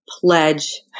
pledge